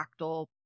fractal